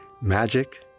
Magic